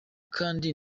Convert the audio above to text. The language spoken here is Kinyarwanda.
kandi